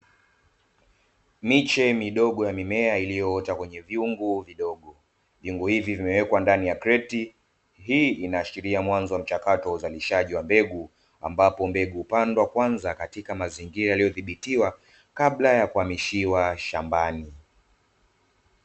Miche ya midogo ya mimea iliyoota kwenye vyungu vidogo vyungu hivi vimewekwa ndani ya kreti. Hii inaashiria mwanzo wa mchakato wa uzalishaji wa mbegu, ambapo mbegu hupandwa kwanza katika mazingira yaliyodhibitiwa kabla ya kuhamishiwa shambani .